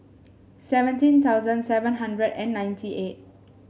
seventeen thousand seven hundred and ninety eight